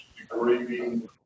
degrading